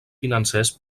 financers